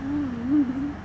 mm hmm hmm